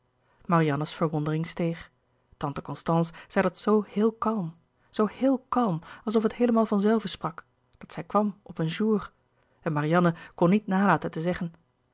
marianne's verwondering steeg tante constance zei dat zoo heel kalm zoo heel kalm alsof het heelemaal van zelve sprak dat zij kwam op een jour en marianne kon niet nalaten te zeggen